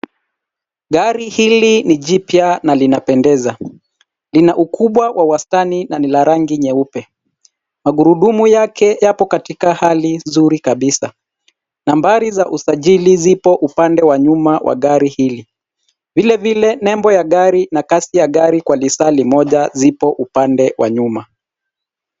Gari hili ni jipya na linapendeza. Lina ukubwa wa wastani na lina rangi nyeupe. Magurudumu yake yapo katika hali nzuri kabisa. Nambari za usajili zipo upande wa nyuma wa gari hili. Vilevile nembo ya gari na kasi ya gari kwa lisa limoja zipo upande wa nyuma.